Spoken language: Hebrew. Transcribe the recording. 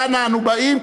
ואנה אנו באים,